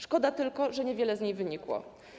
Szkoda tylko, że niewiele z niej wynikło.